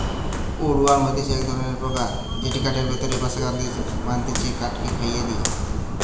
would worm হতিছে এক ধরণের পোকা যেটি কাঠের ভেতরে বাসা বাঁধটিছে কাঠকে খইয়ে দিয়া